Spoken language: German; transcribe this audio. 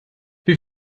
wie